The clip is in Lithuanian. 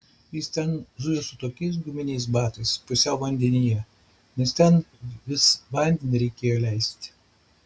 jis ten zujo su tokiais guminiais batais pusiau vandenyje nes ten vis vandenį reikėjo leisti